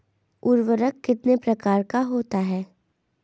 उर्वरक कितने प्रकार का होता है?